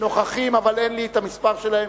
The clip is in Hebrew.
אבל אין לי המספר שלהם,